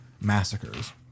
massacres